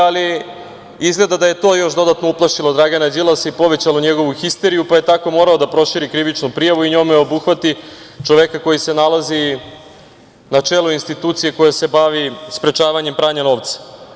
Ali, izgleda da je to još dodatno uplašilo Dragana Đilasa i povećalo njegovu histeriju, pa je tako morao da proširi krivičnu prijavu i njome obuhvati čoveka koji se nalazi i na čelu institucije koja se bavi sprečavanjem pranja novca.